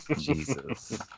Jesus